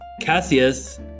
Cassius